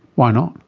why not?